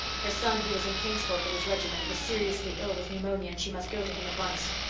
her son, who was in kingsport with his regiment, was seriously ill with pneumonia, and she must go to him at once.